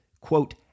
quote